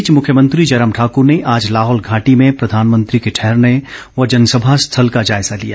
इस बीच मुख्यमंत्री जयराम ठाकर ने आज लाहौल घाटी में प्रधानमंत्री के ठहरने व जनसभा स्थल का जायजा लिया